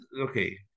okay